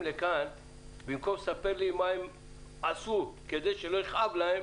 לכאן ובמקום לספר לי מה הם עשו כדי שלא יכאב להם,